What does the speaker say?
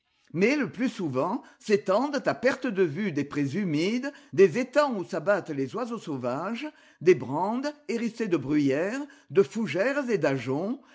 mais le plus souvent s'étendent à perte de vue des prés humides des étangs où s'abattent les oiseaux sauvages des brandes hérissées de bruyères de fougères et d'ajoncs